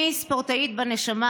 אני ספורטאית בנשמה.